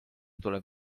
tuleb